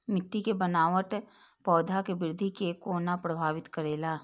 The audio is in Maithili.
मिट्टी के बनावट पौधा के वृद्धि के कोना प्रभावित करेला?